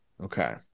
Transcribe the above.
Okay